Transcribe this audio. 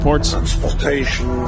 transportation